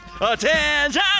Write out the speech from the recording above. Attention